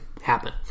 happen